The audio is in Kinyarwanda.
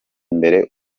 imbere